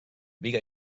biga